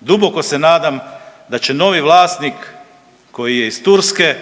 duboko se nadam da će novi vlasnik koji je iz Turske